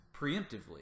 preemptively